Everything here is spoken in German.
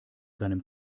seinem